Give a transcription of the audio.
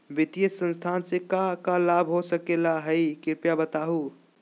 वित्तीय संस्था से का का लाभ हो सके हई कृपया बताहू?